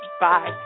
Bye